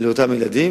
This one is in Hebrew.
אותם ילדים,